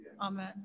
Amen